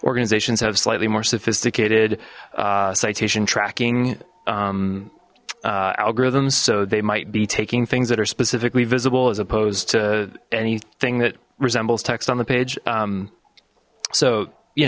organizations have slightly more sophisticated citation tracking algorithms so they might be taking things that are specifically visible as opposed to anything that resembles text on the page so you